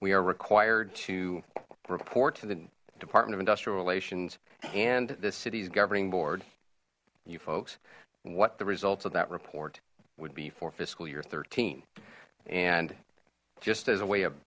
we are required to report to the department of industrial relations and the city's governing board you folks what the results of that report would be for fiscal year thirteen and just as a way of